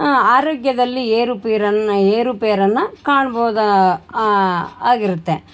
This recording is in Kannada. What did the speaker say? ಆರೋಗ್ಯದಲ್ಲಿ ಏರು ಪೇರನ್ನು ಏರು ಪೇರನ್ನು ಕಾಣ್ಬೋದು ಆಗಿರುತ್ತೆ